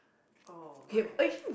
oh my